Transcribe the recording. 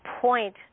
point